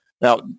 Now